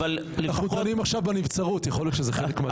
אנחנו דנים עכשיו בנבצרות ויכול להיות שזה חלק מזה.